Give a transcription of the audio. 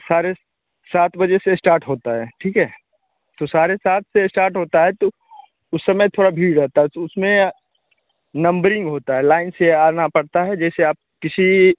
साढ़े सात बजे से इस्टार्ट होता है ठीक है तो साढ़े सात से स्टार्ट होता है तो उस समय थोड़ा भीड़ रहता है तो उसमें नम्बरिंग होता है लाइन से आना पड़ता है जैसे आप किसी